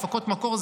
הפקות מקור,